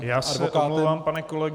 Já se omlouvám, pane kolego.